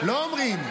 לא אומרים?